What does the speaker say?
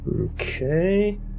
Okay